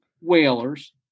whalers